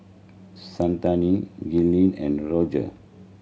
Shante Gillian and Roger